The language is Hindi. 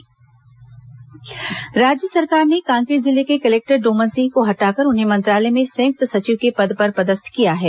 तबादला राज्य सरकार ने कांकेर जिले के कलेक्टर डोमन सिंह को हटाकर उन्हें मंत्रालय में संयुक्त सचिव के पद पर पदस्थ किया है